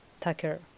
Tucker